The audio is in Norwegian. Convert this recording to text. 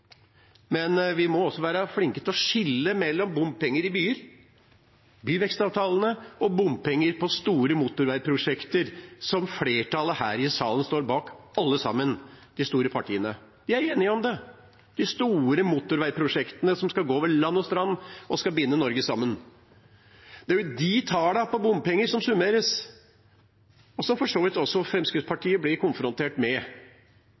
men vi må også være flinke til å skille mellom bompenger i byer, byvekstavtalene, og bompenger på store motorveiprosjekter, som flertallet i salen står bak, alle sammen – de store partiene. De er enige om det – de store motorveiprosjektene som skal gå over land og strand og binde Norge sammen. Det er de tallene på bompenger som summeres, og som for så vidt også Fremskrittspartiet blir konfrontert med.